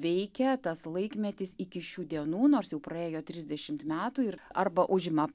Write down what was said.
veikia tas laikmetis iki šių dienų nors jau praėjo trisdešimt metų ir arba užima